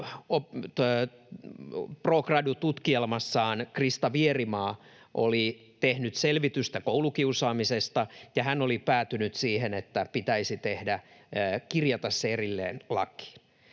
pro gradu ‑tutkielmassaan Krista Vierimaa oli tehnyt selvitystä koulukiusaamisesta, ja hän oli päätynyt siihen, että pitäisi kirjata se lakiin